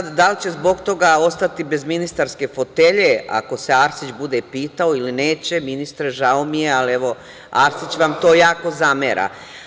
Da li će zbog toga ostati bez ministarske fotelje, ako se Arsić bude pitao ili neće, ministre, žao mi je ali evo Arsić vam to jako zamera.